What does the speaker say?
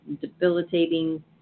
debilitating